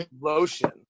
lotion